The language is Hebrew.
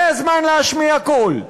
זה הזמן להשמיע קול,